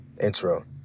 intro